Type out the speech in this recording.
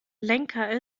lenker